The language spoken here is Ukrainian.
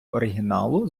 оригіналу